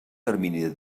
termini